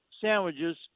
sandwiches